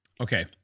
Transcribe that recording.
Okay